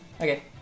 Okay